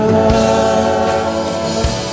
love